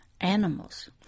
animals